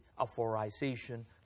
authorization